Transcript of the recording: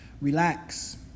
Relax